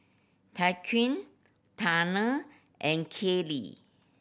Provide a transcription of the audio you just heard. Tyquan Tanner and Kaylee